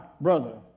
Brother